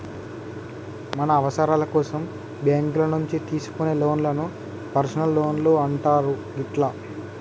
మన అవసరాల కోసం బ్యేంకుల నుంచి తీసుకునే లోన్లను పర్సనల్ లోన్లు అంటారు గిట్లా